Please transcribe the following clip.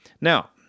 Now